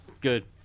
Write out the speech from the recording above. Good